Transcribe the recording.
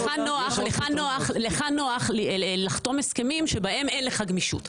לך נוח לחתום הסכמים שבהם אין לך גמישות.